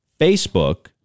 Facebook